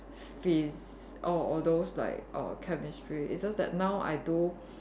Phys~ or all those like err Chemistry it's just that now I do